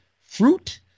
fruit